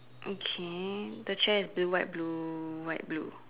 okay the chair is blue white blue white blue